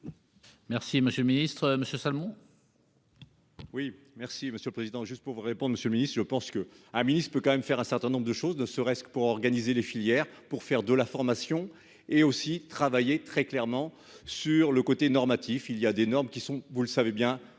Merci monsieur le ministre, Monsieur Salmon. Oui, merci Monsieur le Président, juste pour répondre, Monsieur le Ministre, je pense que ah peut quand même faire un certain nombre de choses, ne serait-ce que pour organiser les filières pour faire de la formation et aussi travailler très clairement sur le côté normatif. Il y a des normes qui sont vous le savez bien